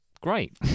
great